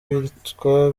bitwa